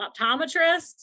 optometrist